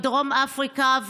מדרום אפריקה,